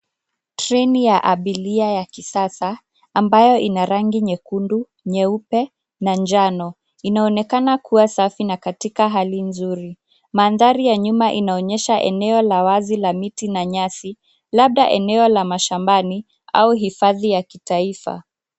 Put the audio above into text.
Treni ya abiria ya kisasa ambayo ina rangi nyekundu, nyeupe na njano. Inaonekana kuwa safi na katika hali nzuri. Mandhari ya nyuma inaonyesha eneo la wazi la miti na nyasi, labda eneo la mashambani au hifadhi ya kitaifa.